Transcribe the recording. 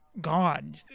gone